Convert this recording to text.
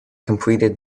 completed